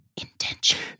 intentions